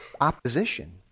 opposition